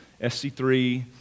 SC3